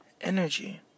energy